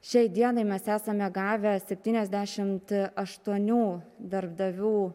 šiai dienai mes esame gavę septyniasdešimt aštuonių darbdavių